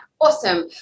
awesome